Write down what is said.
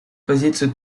позицию